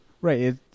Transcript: Right